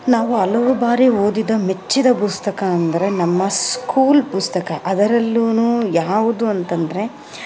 ನಾವು ಹಲವು ಬಾರಿ ಓದಿದ ಮೆಚ್ಚಿದ ಪುಸ್ತಕ ಅಂದರೆ ನಮ್ಮ ಸ್ಕೂಲ್ ಪುಸ್ತಕ ಅದರಲ್ಲೂ ಯಾವುದು ಅಂತಂದರೆ